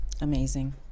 Amazing